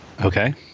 Okay